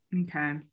Okay